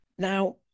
Now